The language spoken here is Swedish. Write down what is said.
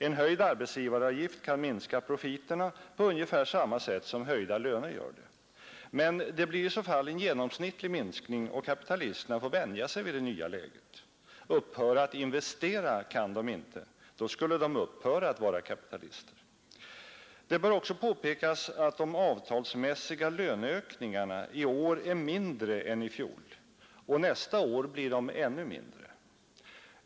En höjd arbetsgivaravgift kan minska profiterna på ungefär samma sätt som höjda löner gör det. Men det blir i så fall en genomsnittlig minskning, och kapitalisterna får vänja sig vid det nya läget. Upphöra att investera kan de inte — då skulle de upphöra att vara kapitalister. Det bör också påpekas att de avstalsmässiga löneökningarna i år är mindre än i fjol, och nästa år blir de ännu mindre.